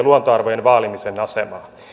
luontoarvojen vaalimisen asemaa suomessa